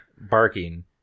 barking